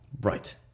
Right